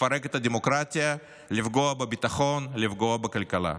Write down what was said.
לפרק את הדמוקרטיה, לפגוע בביטחון, לפגוע בכלכלה.